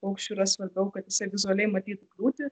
paukščiui yra svarbiau kad jis vizualiai matytų kliūtį